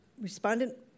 respondent